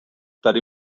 tady